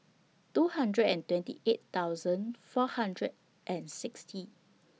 two hundred and twenty eight thousand four hundred and sixty